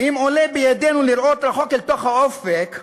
"אם עולה בידינו לראות רחוק אל תוך האופק",